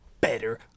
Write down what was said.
better